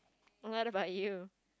what about you